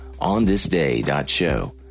onthisday.show